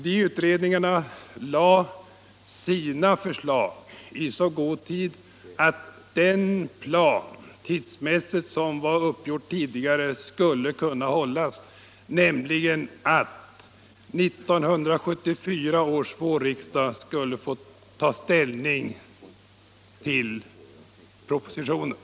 De utredningarna lade fram sina förslag i så god tid att den tidsmässiga plan som var uppgjord tidigare skulle kunna hållas, nämligen att 1976 års vårriksdag skulle få ta ställning till propositionen.